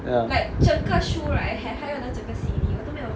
ya